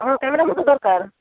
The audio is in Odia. ହଁ କ୍ୟାମେରା ମତେ ଦରକାର